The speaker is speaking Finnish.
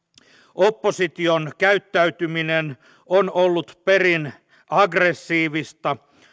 opposition käyttäytyminen on ollut perin aggressiivista